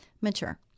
mature